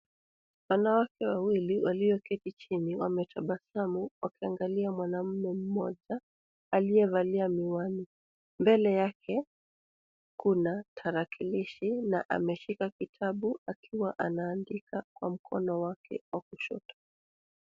Wanawake wawili walioketi chini wametabasamu wakiangalia mwanamume mmoja aliyevalia miwani. Mbele yake kuna tarakilishi na ameshika kitabu akiwa anaandika kwa mkono wake wa kushoto.